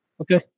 Okay